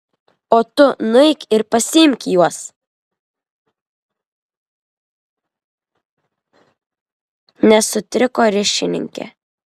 o tu nueik ir pasiimk juos nesutriko ryšininkė